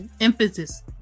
Emphasis